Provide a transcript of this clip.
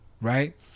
right